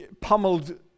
pummeled